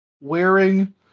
wearing